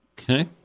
Okay